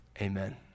Amen